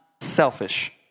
selfish